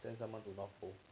then someone do not